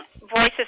voices